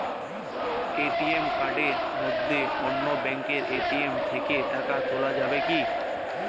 ATM কার্ডের মাধ্যমে অন্য ব্যাঙ্কের এ.টি.এম থেকে টাকা তোলা যাবে কি?